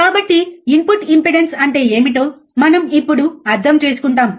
కాబట్టి input impedance అంటే ఏమిటో మనం ఇప్పుడు అర్థం చేసుకుంటాము